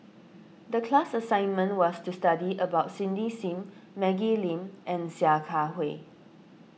the class assignment was to study about Cindy Sim Maggie Lim and Sia Kah Hui